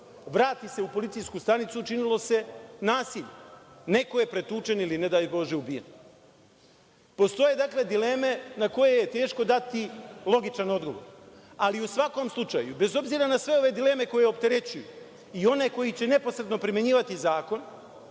vrati se u policijsku stanicu, učinilo se nasilje. Neko je pretučen ili ne daj bože ubijen. Postoje, dakle, dileme na koje je teško dati logičan odgovor. Ali, u svakom slučaju, bez obzira na sve dileme koje opterećuju i one koje će neposredno primenjivati zakon